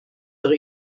are